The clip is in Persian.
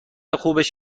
خوبش